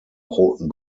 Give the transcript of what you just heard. roten